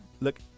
Look